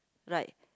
like